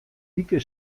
wike